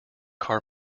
car